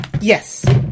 Yes